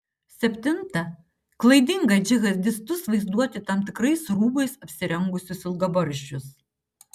septinta klaidinga džihadistus vaizduoti tam tikrais rūbais apsirengusius ilgabarzdžius